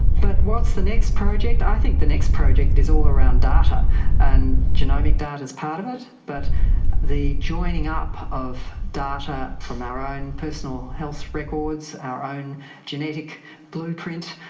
but what's the next project? i think the next project is all around data and genomic data is part of it, but the joining up of data from our own personal health records, our own genetic blueprint,